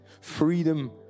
Freedom